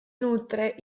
nutre